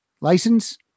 license